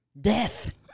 Death